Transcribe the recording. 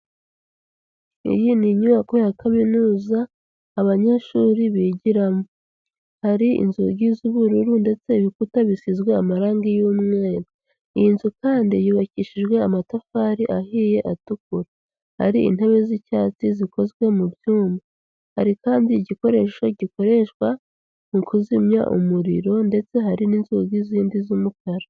Iyi ni inyubako ya Kaminuza abanyeshuri bigiramo. Hari inzugi z'ubururu ndetse ibikuta bisizwe amarangi y'umweru. Iyi nzu kandi yubakishijwe amatafari ahiye atukura. Hari intebe z'icyatsi zikozwe mu byuma. Hari kandi igikoresho gikoreshwa mu kuzimya umuriro ndetse hari n'inzugi zindi z'umukara.